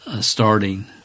starting